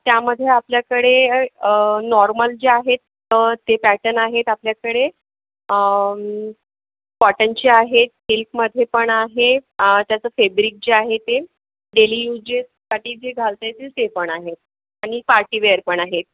त्यामध्ये आपल्याकडे नॉर्मल जे आहेत ते पॅटर्न आहेत आपल्याकडे कॉटनचे आहेत सिल्कमध्ये पण आहे त्याचं फेब्रिक जे आहे ते डेली यूजेससाठी जे घालता येतील ते पण आहे आणि पार्टीवेअर पण आहे